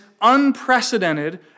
unprecedented